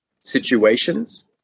situations